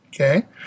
Okay